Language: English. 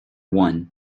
one